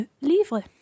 livre